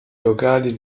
locali